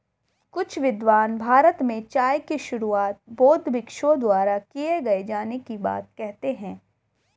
कुछ विद्वान भारत में चाय की शुरुआत बौद्ध भिक्षुओं द्वारा किए जाने की बात कहते हैं